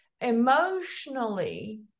emotionally